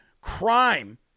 crime